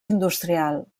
industrial